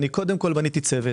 קודם כל בניתי צוות.